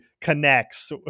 connects